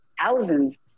thousands